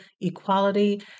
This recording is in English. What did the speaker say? equality